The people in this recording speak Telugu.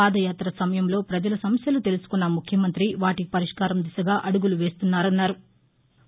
పాదయాత సమయంలో ప్రజల సమస్యలు తెలుసుకున్న ముఖ్యమంతి వాటి పరిష్కారం దిశగా అడుగులు వేస్తున్నారన్నారు